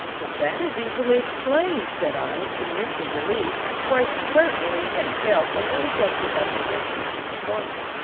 but that is easily explained, said i, immensely relieved, for i certainly had felt a little guilty about the hand-squeezing performance,